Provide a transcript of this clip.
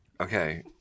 okay